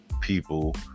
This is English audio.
people